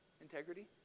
Integrity